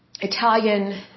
Italian